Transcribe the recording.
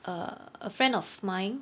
err a friend of mine